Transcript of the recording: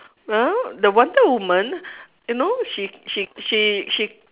uh the wonder women uh no she she she she